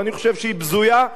ואני חושב שהיא בזויה,